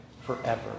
forever